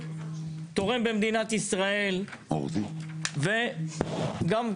יצטרכו לרדת לרזולוציות כאלה ולעשות שינויים בהחלטות של